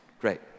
great